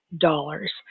dollars